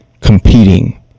competing